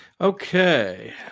Okay